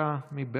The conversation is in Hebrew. בבקשה, מי בעד?